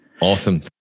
Awesome